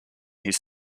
his